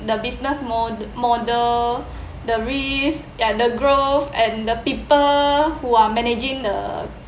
the business mo~ model the risk and the growth and the people who are managing the